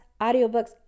audiobooks